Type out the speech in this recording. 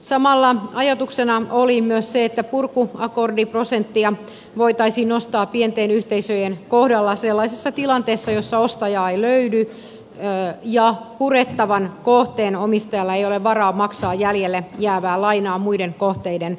samalla ajatuksena oli myös se että purkuakordiprosenttia voitaisiin nostaa pienten yhteisöjen kohdalla sellaisessa tilanteessa jossa ostajaa ei löydy ja purettavan kohteen omistajalla ei ole varaa maksaa jäljelle jäävää lainaa muiden kohteiden tuotoilla